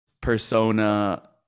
persona